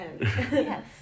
Yes